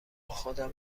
خودم